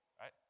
right